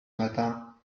matin